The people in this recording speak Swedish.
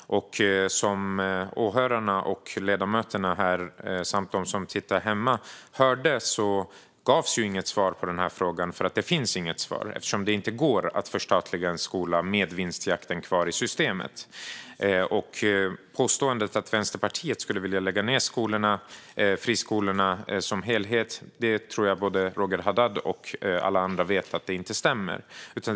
Som åhörarna, ledamöterna och de som tittar på debatten hemma hörde gavs det inget svar på frågan. Det finns nämligen inget svar, eftersom det inte går att förstatliga en skola med vinstjakten kvar i systemet. Påståendet att Vänsterpartiet skulle vilja lägga ned friskolorna stämmer inte. Det tror jag att Roger Haddad och alla vet.